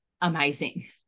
amazing